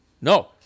No